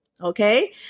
okay